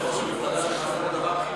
ויושב-ראש המפלגה שלך עשה את הדבר הכי